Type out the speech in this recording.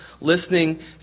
listening